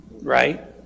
right